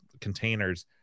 containers